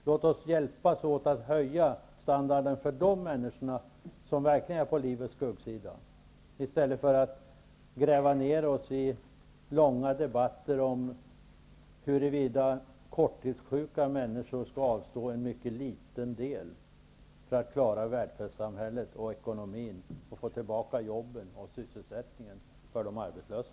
Låt oss hjälpas åt att höja standarden för de människorna, som verkligen är på livets skuggsida, i stället för att gräva ner oss i långa debatter om huruvida korttidssjuka människor skall avstå en mycket liten del för att klara välfärdssamhället och ekonomin och få tillbaka jobben och sysselsättningen för de arbetslösa.